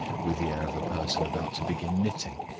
with the air of a person about to begin knitting,